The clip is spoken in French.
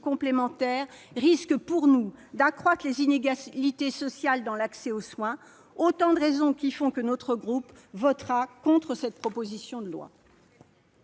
complémentaires risque, selon nous, d'accroître les inégalités sociales dans l'accès aux soins. Pour toutes ces raisons, notre groupe votera contre cette proposition de loi.